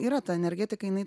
yra ta energetika jinai